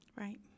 Right